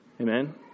Amen